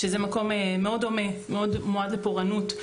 שזה מקום מאוד הומה ומועד לפורענות.